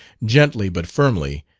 gently but firmly,